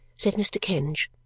said mr. kenge.